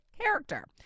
character